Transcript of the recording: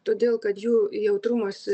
todėl kad jų jautrumas